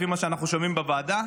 לפי מה שאנחנו שומעים בוועדה.